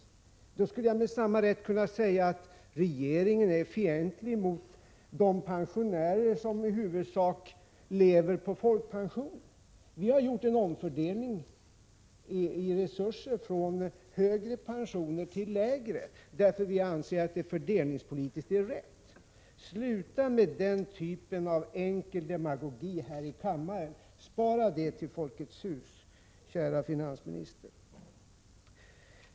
Jag skulle med samma rätt kunna säga att regeringen är fientlig mot de pensionärer som i huvudsak lever på folkpension. Vi har gjort en omfördelning av resurserna från högre pensioner till lägre därför att vi anser att det är fördelningspolitiskt riktigt. Sluta med den typen av enkel demagogi här i kammaren. Spara det för Folkets hus, kära finansminister.